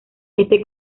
este